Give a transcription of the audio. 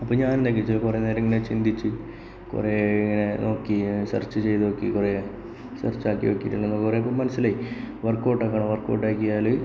അപ്പം ഞാൻ എന്താക്കി എന്നുവെച്ചാല് കുറേനേരം ഇങ്ങനെ ചിന്തിച്ച് കുറെ ഇങ്ങനെ നോക്കി സെർച്ച് ചെയ്ത് നോക്കി കുറെ സെർച്ച് ആക്കിനോക്കി പിന്നെ കുറെ വുമൻസ് ഇല്ലേ അവർ കൊണ്ട് ആക്കണം അവർ കൊണ്ട് ആക്കിയാല്